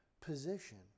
position